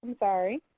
sorry.